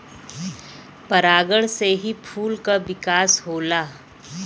परागण से ही फूल क विकास होला